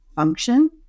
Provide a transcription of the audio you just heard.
function